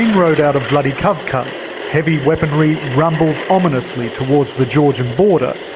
road out of vladikavkaz, heavy weaponry rumbles ominously towards the georgian border,